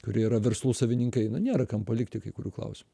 kurie yra verslų savininkai nu nėra kam palikti kai kurių klausimų